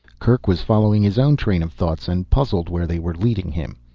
kerk was following his own train of thoughts, and puzzled where they were leading him.